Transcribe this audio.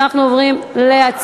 אנחנו עוברים להצבעה.